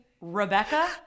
Rebecca